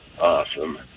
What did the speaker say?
Awesome